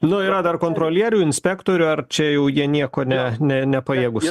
nu yra dar kontrolierių inspektorių ar čia jau jie nieko ne ne nepajėgūs